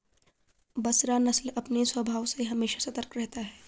बसरा नस्ल अपने स्वभाव से हमेशा सतर्क रहता है